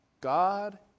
God